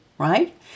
Right